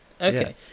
Okay